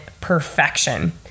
perfection